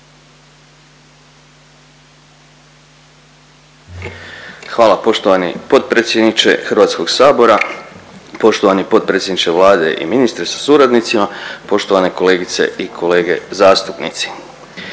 Hvala poštovani potpredsjedniče Hrvatskog sabora, poštovani potpredsjedniče Vlade i ministri sa suradnicima, poštovane kolegice i kolege zastupnici.